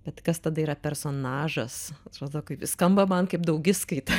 bet kas tada yra personažas atrodo kaip skamba man kaip daugiskaita